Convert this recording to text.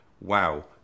wow